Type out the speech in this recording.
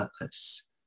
purpose